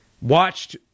Watched